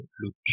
look